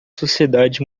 sociedade